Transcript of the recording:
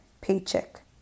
paycheck